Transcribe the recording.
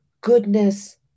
goodness